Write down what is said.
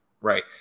Right